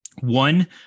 One